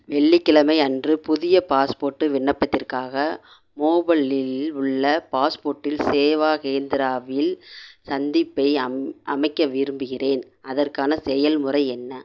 வெள்ளிக்கிழமை அன்று புதிய பாஸ்போர்ட்டு விண்ணப்பத்திற்காக மோபலில் உள்ள பாஸ்போர்ட்டில் சேவா கேந்திராவில் சந்திப்பை அம் அமைக்க விரும்புகிறேன் அதற்கான செயல்முறை என்ன